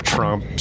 Trump